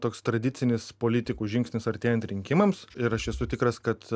toks tradicinis politikų žingsnis artėjant rinkimams ir aš esu tikras kad